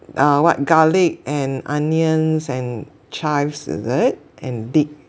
uh what garlic and onions and chives is it and dig